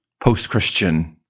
post-Christian